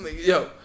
Yo